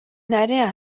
нарийн